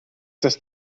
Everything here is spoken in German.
das